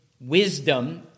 wisdom